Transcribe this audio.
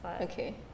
Okay